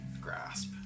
grasp